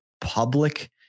public